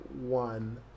one